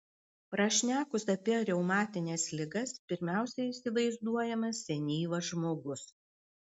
prašnekus apie reumatines ligas pirmiausia įsivaizduojamas senyvas žmogus